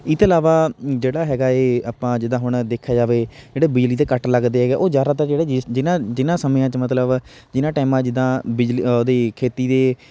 ਇਹ ਤੋਂ ਇਲਾਵਾ ਜਿਹੜਾ ਹੈਗਾ ਹੈ ਆਪਾਂ ਜਿੱਦਾਂ ਹੁਣ ਦੇਖਿਆ ਜਾਵੇ ਜਿਹੜੇ ਬਿਜਲੀ ਦੇ ਕੱਟ ਲੱਗਦੇ ਹੈਗੇ ਉਹ ਜ਼ਿਆਦਾਤਰ ਜਿਹੜਾ ਜਿਸ ਜਿਨ੍ਹਾਂ ਜਿਨ੍ਹਾਂ ਸਮਿਆਂ 'ਚ ਮਤਲਬ ਜਿਨ੍ਹਾਂ ਟਾਈਮਾਂ ਜਿੱਦਾਂ ਬਿਜਲੀ ਉਹਦੀ ਖੇਤੀ ਦੇ